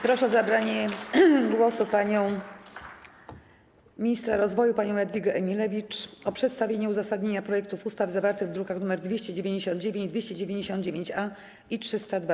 Proszę o zabranie głosu ministra rozwoju panią Jadwigę Emilewicz i przedstawienie uzasadnienia projektów ustaw zawartych w drukach nr 299, 299-A i 302.